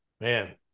man